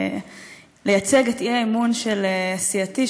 לייצג את האי-אמון של סיעתי,